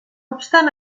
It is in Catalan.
obstant